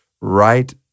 right